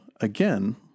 again